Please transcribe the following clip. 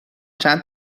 چند